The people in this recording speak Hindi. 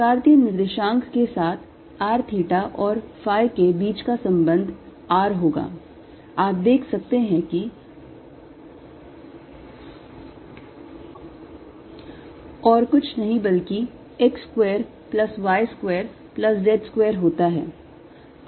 कार्तीय निर्देशांक के साथ r theta और phi के बीच का संबंध r होगा आप देख सकते हैं कि और कुछ नहीं बल्कि x square plus y square plus z square होता है